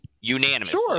Unanimously